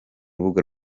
rubuga